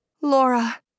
Laura